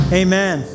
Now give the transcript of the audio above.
amen